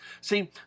See